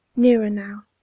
nearer now,